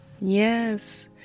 Yes